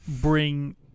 bring